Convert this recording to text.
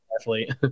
athlete